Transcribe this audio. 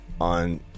on